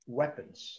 weapons